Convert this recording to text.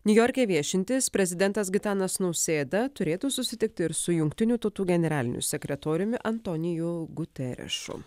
niujorke viešintis prezidentas gitanas nausėda turėtų susitikti ir su jungtinių tautų generaliniu sekretoriumi antoniju guterišu